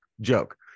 joke